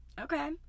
okay